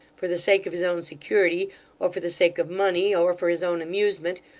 for the sake of his own security, or for the sake of money, or for his own amusement,